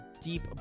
Deep